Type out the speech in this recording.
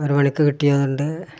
ഒരു മണിക്ക് കിട്ടിയതുകൊണ്ട്